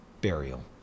burial